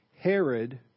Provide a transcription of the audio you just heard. Herod